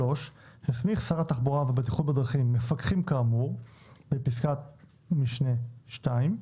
הסמיך שר התחבורה ובטיחות בדרכים מפקחים כאמור בפסקת משנה (2)